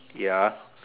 ya